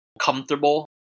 comfortable